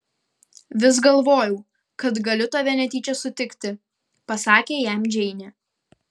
vis galvojau kad galiu tave netyčia sutikti pasakė jam džeinė